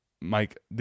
Mike